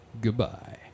Goodbye